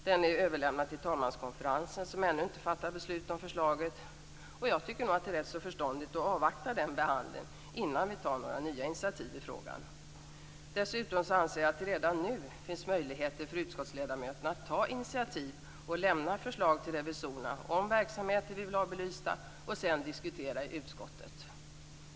Den är överlämnad till talmanskonferensen, som ännu inte fattat beslut om förslaget. Jag tycker att det är rätt förståndigt att avvakta den behandlingen innan vi tar några nya initiativ i frågan. Dessutom anser jag att det redan nu finns möjligheter för utskottsledamöterna att ta initiativ och lämna förslag till revisorerna om verksamheter man vill ha belysta och sedan diskutera i utskottet.